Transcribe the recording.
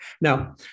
Now